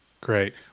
great